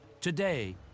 Today